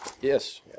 yes